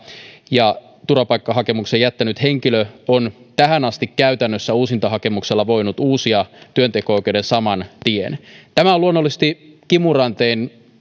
ja turvapaikkahakemuksen jättänyt henkilö on tähän asti käytännössä uusintahakemuksella voinut uusia työnteko oikeuden saman tien tämä on luonnollisesti kimurantein